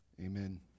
amen